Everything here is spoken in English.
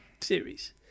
series